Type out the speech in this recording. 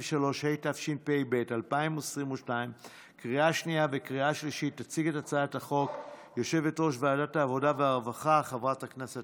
הודעת שר הבריאות על מסקנות ועדת העבודה והרווחה בעקבות